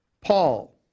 Paul